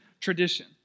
tradition